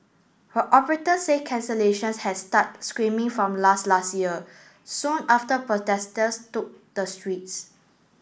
but operators said cancellations had started screaming from last last year soon after protesters took the streets